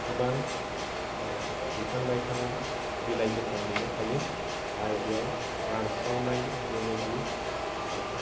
गोबां बिफां लाइफाङा बिलाइ गोथाङैनो थायो आरो बेयाव रानस्रावनाय बेबायदि